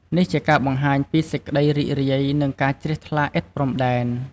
នេះជាការបង្ហាញពីសេចក្តីរីករាយ និងការជ្រះថ្លាឥតព្រំដែន។